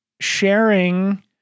sharing